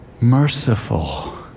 merciful